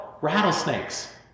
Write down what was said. Rattlesnakes